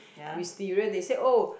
Wisteria they say oh